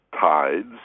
tides